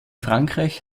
frankreich